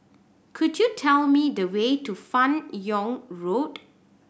could you tell me the way to Fan Yoong Road